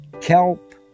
kelp